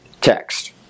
text